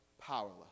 powerless